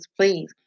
please